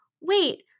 wait